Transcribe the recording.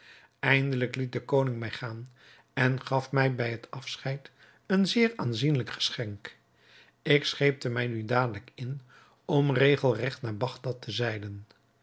eindelijk liet de koning mij gaan en gaf mij bij het afscheid een zeer aanzienlijk geschenk ik scheepte mij nu dadelijk in om regelregt naar bagdad te zeilen